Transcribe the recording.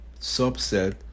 subset